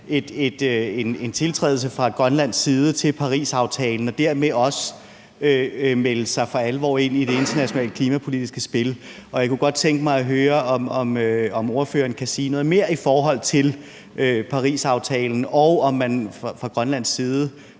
en tiltrædelse fra Grønlands side til Parisaftalen og dermed også for alvor at melde sig ind i det internationale klimapolitiske spil. Jeg kunne godt tænke mig at høre, om ordføreren kan sige noget mere i forhold til Parisaftalen, og om man fra grønlandsk side